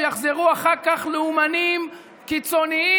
ויחזרו אחר כך לאומנים קיצוניים,